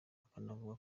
akanavuga